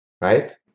right